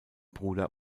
bruder